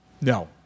No